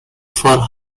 for